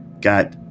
got